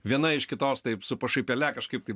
viena iš kitos taip su pašaipėle kažkaip tai